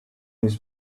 his